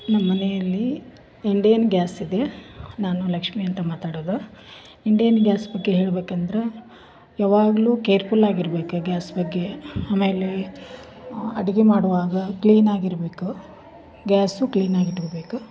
ನಮ್ಮ ಮನೆಯಲ್ಲಿ Indian gas ಇದೆ ನಾನು ಲಕ್ಷ್ಮೀ ಅಂತ ಮಾತಾಡುದು ಇಂಡಿಯನ್ ಗ್ಯಾಸ್ ಬಗ್ಗೆ ಹೇಳ್ಬೇಕಂದ್ರೆ ಯಾವಾಗಲು ಕೇರ್ಫುಲ್ಲಾಗಿ ಇರ್ಬೇಕು ಗ್ಯಾಸ್ ಬಗ್ಗೆ ಆಮೇಲೆ ಅಡಿಗೆ ಮಾಡುವಾಗ ಕ್ಲೀನಾಗಿ ಇರಬೇಕು ಗ್ಯಾಸು ಕ್ಲೀನಾಗಿ ಇಟ್ಕೋಬೇಕು